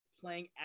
playing